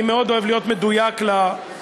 אני מאוד אוהב להיות מדויק לפרוטוקול,